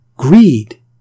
Greed